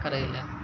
करै लए